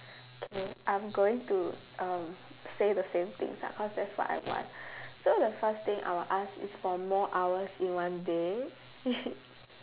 K I'm going to um say the same things ah cause that's what I want so the first thing I will ask is for more hours in one day